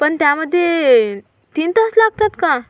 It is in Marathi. पण त्यामध्ये तीन तास लागतात का